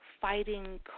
fighting